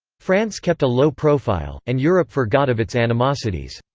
france kept a low profile, and europe forgot of its animosities.